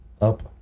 up